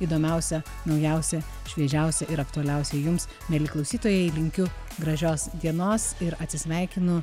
įdomiausia naujausia šviežiausia ir aktualiausia jums mieli klausytojai linkiu gražios dienos ir atsisveikinu